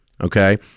Okay